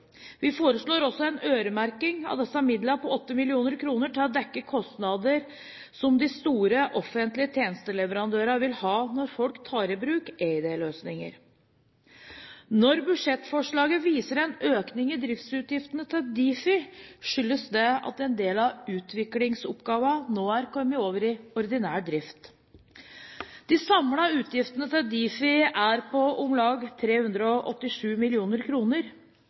Vi foreslår også en øremerking av 8 mill. kr av disse midlene til å dekke kostnadene som de store offentlige tjenesteleverandørene vil ha når folk tar i bruk eID-løsninger. Når budsjettforslaget viser en økning i driftsutgiftene til Difi, skyldes det at en del av utviklingsoppgavene nå er kommet over i ordinær drift. De samlede utgiftene til Difi er på om lag 387